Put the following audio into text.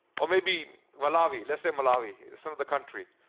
or maybe malawi. let's say malawi, sort of the country